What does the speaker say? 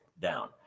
down